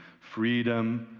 freedom,